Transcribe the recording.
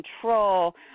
control